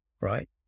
right